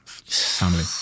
family